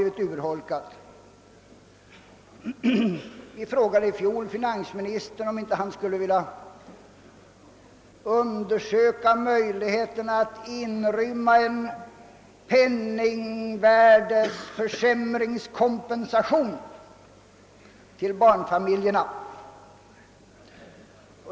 Vi frågade i fjol finansministern, om han inte skulle vilja undersöka möjligheterna att i budgeten inrymma en penningvärdeförsämringskompensation till barnfamiljerna.